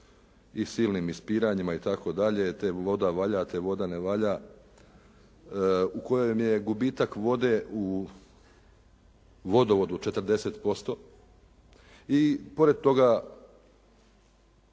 i silnim ispiranjima itd., te voda valja, te voda ne valja u kojem je gubitak vode u vodovodu 40% i pored toga